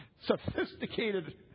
Sophisticated